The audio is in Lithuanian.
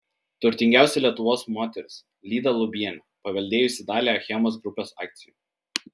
turtingiausia lietuvos moteris lyda lubienė paveldėjusi dalį achemos grupės akcijų